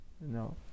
No